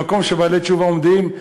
במקום שבעלי תשובה עומדים,